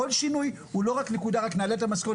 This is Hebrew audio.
כל שינוי הוא לא רק נקודה רק נעלה המשכורת